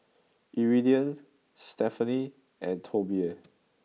Iridian Stefani and Tobie